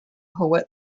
poet